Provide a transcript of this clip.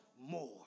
more